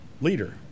leader